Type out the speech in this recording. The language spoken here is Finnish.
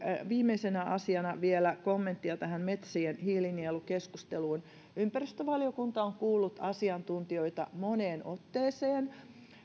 viimeisenä asiana vielä kommenttia tähän metsien hiilinielu keskusteluun ympäristövaliokunta on kuullut asiantuntijoita moneen otteeseen